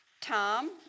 Tom